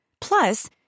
Plus